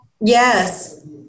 Yes